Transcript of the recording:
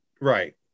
Right